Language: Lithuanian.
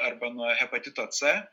arba nuo hepatito c